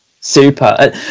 Super